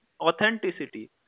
authenticity